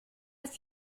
ist